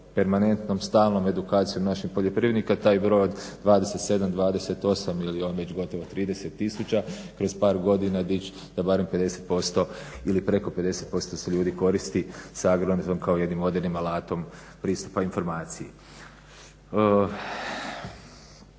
permanentnom, stalnom edukacijom naših poljoprivrednika taj broj od 27, 28 ili već gotovo 30000 kroz par godina dići na barem 50% ili preko 50% se ljudi koristi sa agronetom kao jednim modernim alatom pristupa informaciji.